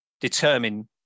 determine